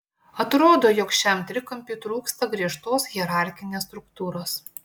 atrodo jog šiam trikampiui trūksta griežtos hierarchinės struktūros